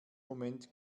moment